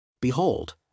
Behold